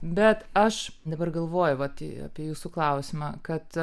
bet aš dabar galvoju va tai apie jūsų klausimą kad